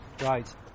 Right